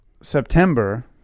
september